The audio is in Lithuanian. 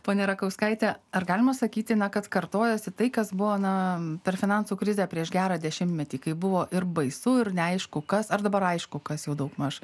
ponia rakauskaitė ar galima sakyti kad kartojasi tai kas buvo na per finansų krizę prieš gerą dešimtmetį kai buvo ir baisu ir neaišku kas ar dabar aišku kas jau daugmaž